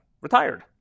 retired